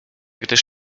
gdyż